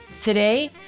Today